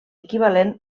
equivalent